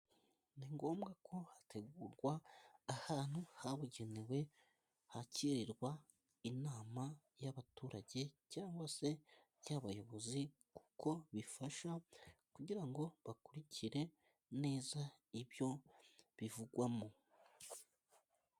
Ni ngombwa ko hategurwa ahantu habugenewe hakirirwa inama y'abaturage cyangwa se y'abayobozi, kuko bifasha kugira ngo bakurikire neza ibyo bivugwamo.